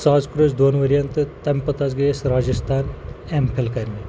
سُہ حظ کوٚر اَسہِ دۄن ؤرۍ یَن تہٕ تَمہِ پَتہٕ حظ گٔیے أسۍ راجِستان ایم فِل کَرنہِ